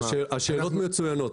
השאלות מצוינות,